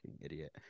idiot